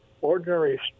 ordinary